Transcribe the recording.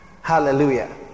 Hallelujah